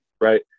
right